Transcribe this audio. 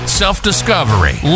self-discovery